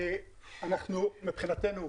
מבחינתנו,